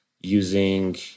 using